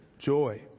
joy